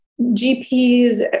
GPs